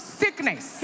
sickness